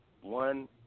One